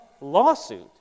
lawsuit